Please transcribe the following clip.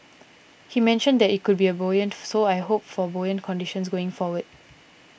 he mentioned that it could be buoyant so I hope for buoyant conditions going forward